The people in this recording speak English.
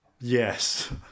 Yes